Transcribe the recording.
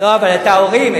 לא, אבל את ההורים.